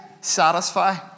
satisfy